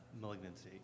malignancy